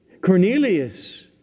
Cornelius